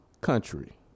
country